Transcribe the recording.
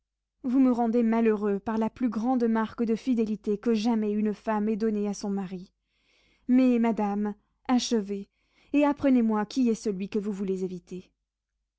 vous me rendez malheureux par la plus grande marque de fidélité que jamais une femme ait donnée à son mari mais madame achevez et apprenez-moi qui est celui que vous voulez éviter